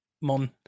Mon